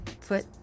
foot